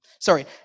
Sorry